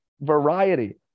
variety